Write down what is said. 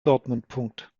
dortmund